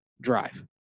drive